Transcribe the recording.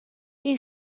این